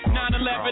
9/11